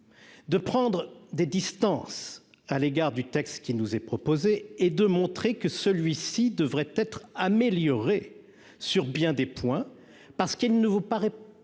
De prendre des distances à l'égard du texte qui nous est proposé et de montrer que celui-ci devrait être améliorée sur bien des points parce qu'ne vous paraît pas